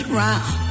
round